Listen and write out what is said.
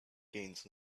gains